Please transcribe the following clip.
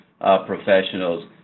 professionals